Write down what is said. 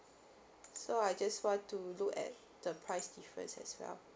so I just want to look at the price difference as well